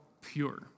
pure